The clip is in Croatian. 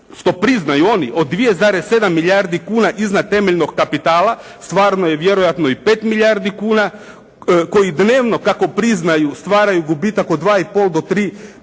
što priznaju oni, od 2,7 milijardi kuni iznad temeljnog kapitala, stvarno je vjerojatno i 5 milijardi kuna, koji dnevno kako priznaju stvaraju gubitak od 2,5 do 3 milijuna